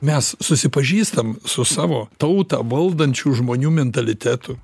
mes susipažįstam su savo tautą valdančių žmonių mentalitetu